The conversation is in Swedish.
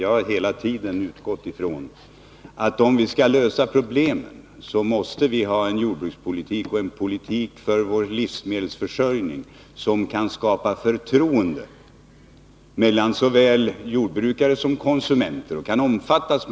Jag har hela tiden utgått från att vi, om vi skall lösa problemen, måste föra en jordbrukspolitik och en politik när det gäller vår livsmedelsförsörjning som kan omfattas med förtroende av både jordbrukare och konsumenter.